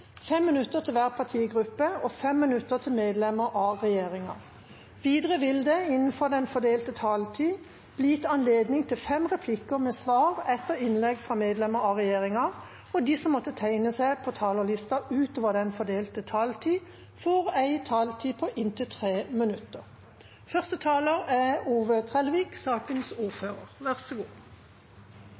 minutter til hver partigruppe og 5 minutter til medlemmer av regjeringa. Videre vil det – innenfor den fordelte taletid – bli gitt anledning til fem replikker med svar etter innlegg fra medlemmer av regjeringa, og de som måtte tegne seg på talerlisten utover den fordelte taletid, får en taletid på inntil 3 minutter.